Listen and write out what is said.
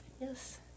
Yes